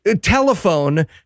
telephone